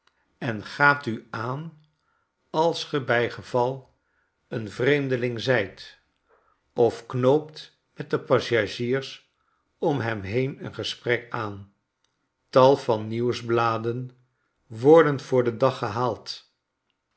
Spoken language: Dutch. en gaapt u aan als ge bijgeval een vreemdeling zijt of knoopt met de passagiersom hem heen een gesprekaan tal vannieuwsbladen worden voor den dag gehaald